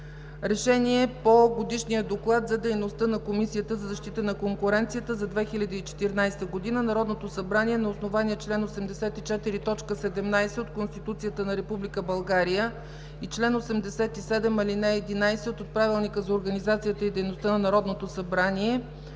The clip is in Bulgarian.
РЕШЕНИЕ по Годишния доклад за дейността на Комисията за защита на конкуренцията за 2014 г. Народното събрание на основание чл. 84, т. 17 от Конституцията на Република България и чл. 87, ал. 11 от Правилника за организацията и дейността на Народното събрание